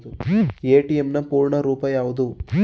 ATM ನ ಪೂರ್ಣ ರೂಪ ಯಾವುದು?